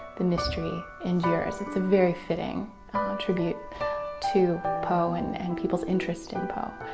the mystery endures. it's a very fitting tribute to poe and and people's interest in poe,